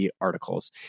articles